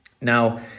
Now